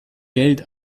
geld